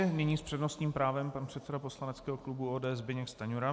Nyní s přednostním právem pan předseda poslaneckého klubu ODS Zbyněk Stanjura.